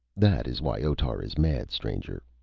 that is why otar is mad, stranger.